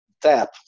tap